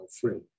free